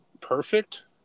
perfect